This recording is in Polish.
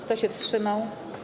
Kto się wstrzymał?